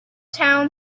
town